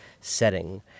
setting